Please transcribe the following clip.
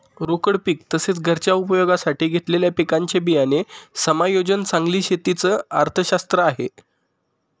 रोकड पीक तसेच, घरच्या उपयोगासाठी घेतलेल्या पिकांचे बियाणे समायोजन चांगली शेती च अर्थशास्त्र आहे